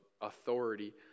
authority